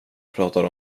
pratar